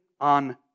on